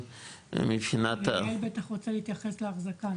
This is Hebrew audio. מבחינת --- יעל בטח רוצה להתייחס לאחזקה,